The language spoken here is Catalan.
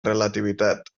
relativitat